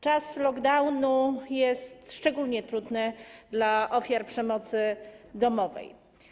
Czas lockdownu jest szczególnie trudny dla ofiar przemocy domowej.